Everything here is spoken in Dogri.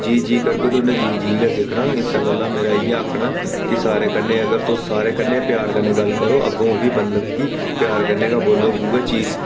जी जी करगे ते उ'नें जी जी गै सिक्खना इस्सै गल्ला मेरा इ'यै आखना कि सारें कन्नै अगर तुस सारें कन्नै प्यार कन्नै गल्ल करो अग्गुआं ओह् बी मतलब कि प्यार कन्नै गै बोलग उ'ऐ चीज